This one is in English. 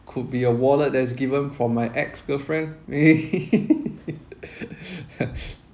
could be a wallet that's given from my ex girlfriend maybe